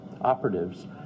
operatives